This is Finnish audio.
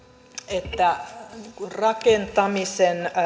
että rakentamisen